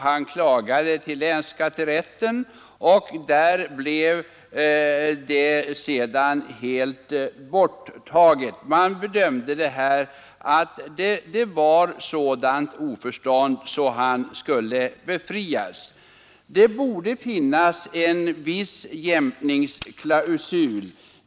Han klagade till länsskatterätten, som helt undanröjde beslutet om skattetillägg. Man bedömde det så att här förelåg sådant oförstånd att vederbörande skulle befrias från påföljd. Det borde finnas en viss jämkningsklausul.